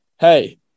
Hey